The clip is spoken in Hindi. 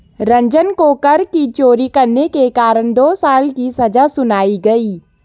रंजन को कर की चोरी करने के कारण दो साल की सजा सुनाई गई